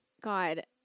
God